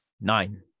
Nine